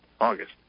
August